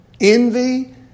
Envy